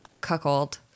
cuckold